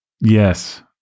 Yes